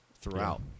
throughout